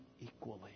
equally